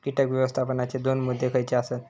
कीटक व्यवस्थापनाचे दोन मुद्दे खयचे आसत?